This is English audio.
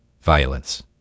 violence